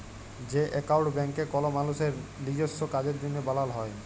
যে একাউল্ট ব্যাংকে কল মালুসের লিজস্য কাজের জ্যনহে বালাল হ্যয়